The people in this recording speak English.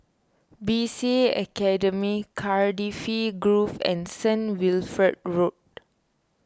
B C A Academy Cardifi Grove and Saint Wilfred Road